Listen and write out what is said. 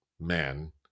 men